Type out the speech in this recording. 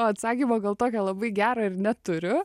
atsakymo gal tokio labai gero ir neturiu